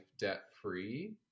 debt-free